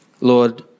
Lord